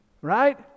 right